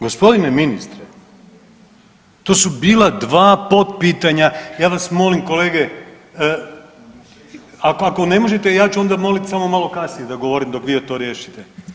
Gospodine ministre, to su bila dva potpitanja, ja vas molim kolege, ako, ako ne možete ja ću onda molit samo malo kasnije da govorim dok vi to riješite.